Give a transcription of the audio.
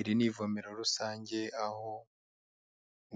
Iri ni ivomero rusange aho